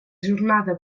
jornada